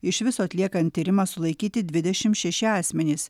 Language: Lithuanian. iš viso atliekant tyrimą sulaikyti dvidešimt šeši asmenys